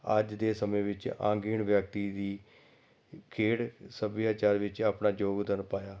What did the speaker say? ਅੱਜ ਦੇ ਸਮੇਂ ਵਿੱਚ ਅੰਗਹੀਣ ਵਿਅਕਤੀ ਦੀ ਖੇਡ ਸੱਭਿਆਚਾਰ ਵਿੱਚ ਆਪਣਾ ਯੋਗਦਾਨ ਪਾਇਆ